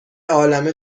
عالمه